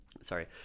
Sorry